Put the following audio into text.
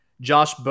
Josh